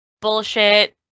bullshit